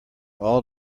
all